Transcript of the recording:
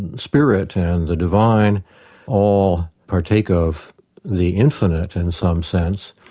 and spirit and the divine all partake of the infinite in some sense,